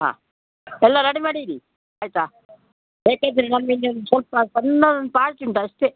ಹಾಂ ಎಲ್ಲ ರಡಿ ಮಾಡಿ ಇಡಿ ಆಯಿತಾ ಏಕೆಂದರೆ ನಮ್ಗೆ ಇಲ್ಲೊಂದು ಸ್ವಲ್ಪ ಸಣ್ಣದೊಂದು ಪಾರ್ಟಿ ಉಂಟು ಅಷ್ಟೇ